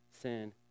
sin